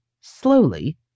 slowly